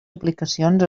aplicacions